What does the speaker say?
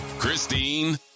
Christine